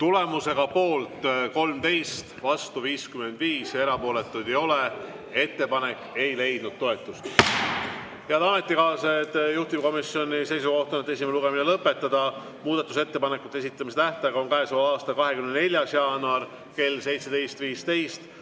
Tulemusega poolt 13, vastu 55 ja erapooletuid ei ole, ei leidnud ettepanek toetust. Head ametikaaslased, juhtivkomisjoni seisukoht on, et esimene lugemine lõpetada. Muudatusettepanekute esitamise tähtaeg on käesoleva aasta 24. jaanuar kell 17.15.